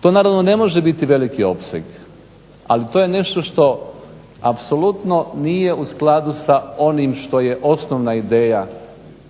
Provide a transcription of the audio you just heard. To naravno ne može biti veliki opseg ali to je nešto što apsolutno nije u skladu sa onim što je osnovna ideja